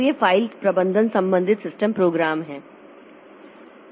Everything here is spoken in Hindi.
तो ये फ़ाइल प्रबंधन संबंधित सिस्टम प्रोग्राम हैं